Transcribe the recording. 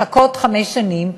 לחכות חמש שנים,